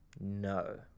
No